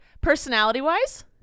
Personality-wise